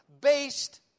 based